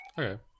okay